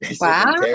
Wow